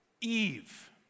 Eve